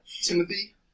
Timothy